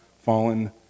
fallen